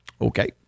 Okay